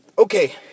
Okay